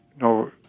No